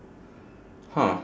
!huh!